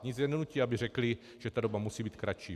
Nic je nenutí, aby řekli, že ta doba musí být kratší.